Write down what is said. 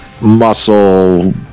muscle